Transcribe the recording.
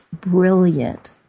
brilliant